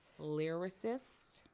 lyricist